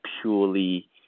purely